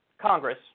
Congress